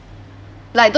like don't